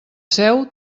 seu